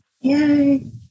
Yay